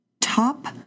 top